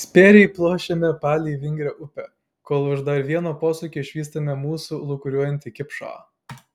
spėriai pluošiame palei vingrią upę kol už dar vieno posūkio išvystame mūsų lūkuriuojantį kipšą